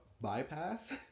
bypass